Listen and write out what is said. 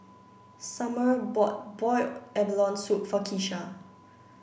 Samir bought Boiled Abalone Soup for Keesha